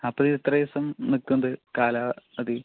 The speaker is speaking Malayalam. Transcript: അപ്പോൾ ഇത് എത്ര ദിവസം നിൽക്കും ഇത് കാലാവധി